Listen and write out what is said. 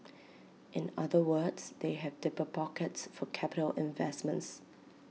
in other words they have deeper pockets for capital investments